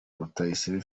rutayisire